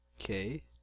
Okay